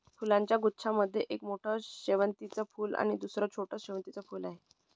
फुलांच्या गुच्छा मध्ये एक मोठं शेवंतीचं फूल आणि दुसर छोटं शेवंतीचं फुल आहे